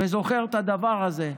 וזוכר את הדבר הזה: